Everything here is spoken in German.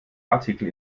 artikel